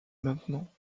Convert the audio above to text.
maintenant